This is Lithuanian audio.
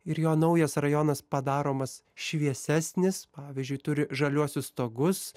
ir jo naujas rajonas padaromas šviesesnis pavyzdžiui turi žaliuosius stogus